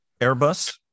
Airbus